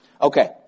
Okay